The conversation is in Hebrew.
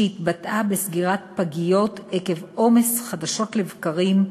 שהתבטאה בסגירת פגיות עקב עומס חדשות לבקרים,